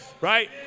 right